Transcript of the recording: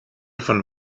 von